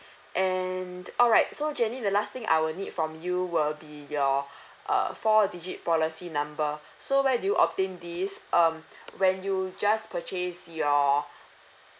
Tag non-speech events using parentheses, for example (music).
(breath) and alright so jenny the last thing I will need from you will be your (breath) err four digit policy number (breath) so where do you obtain this um (breath) when you just purchased your (breath)